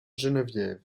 geneviève